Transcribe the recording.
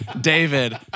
David